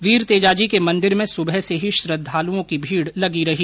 वीर तेजाजी के मन्दिर में सुबह से ही श्रद्दालुओं की भीड़ लगी रही